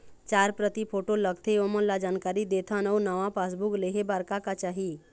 चार प्रति फोटो लगथे ओमन ला जानकारी देथन अऊ नावा पासबुक लेहे बार का का चाही?